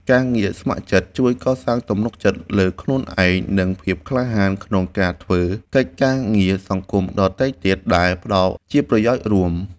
ការងារស្ម័គ្រចិត្តជួយកសាងទំនុកចិត្តលើខ្លួនឯង និងភាពក្លាហានក្នុងការធ្វើកិច្ចការងារសង្គមដទៃទៀតដែលផ្ដល់ជាប្រយោជន៍រួម។